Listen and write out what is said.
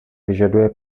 vyžaduje